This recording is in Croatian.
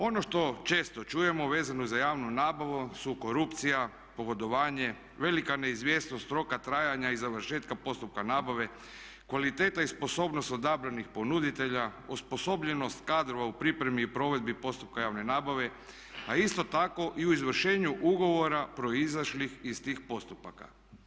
Ono što često čujemo vezano za javnu nabavu su korupcija, pogodovanje, velika neizvjesnost roka trajanja i završetka postupka nabave, kvaliteta i sposobnost odabranih ponuditelja, osposobljenost kadrova u pripremi i provedbi postupka javne nabave, a isto tako i u izvršenju ugovora proizašlih iz tih postupaka.